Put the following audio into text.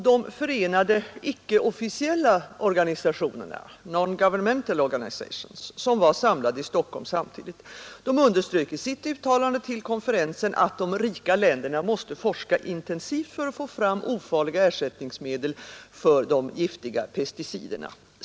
De förenade icke-officiella organisationerna — ”non-governmental organisations” — som var samlade i Stockholm samtidigt underströk i sitt uttalande till konferensen att de rika länderna måste forska intensivt för att få fram ofarliga ersättningsmedel för de giftiga pesticiderna.